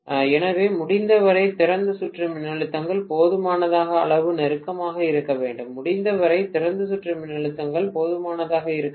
எனவே முடிந்தவரை திறந்த சுற்று மின்னழுத்தங்கள் போதுமான அளவு நெருக்கமாக இருக்க வேண்டும் முடிந்தவரை திறந்த சுற்று மின்னழுத்தங்கள் போதுமானதாக இருக்க வேண்டும்